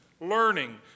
learning